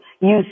use